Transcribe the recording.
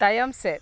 ᱛᱟᱭᱚᱢ ᱥᱮᱫ